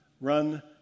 Run